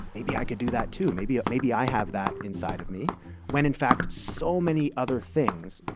maybe i could do that too. maybe maybe i have that inside of me when in fact so many other things,